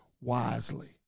wisely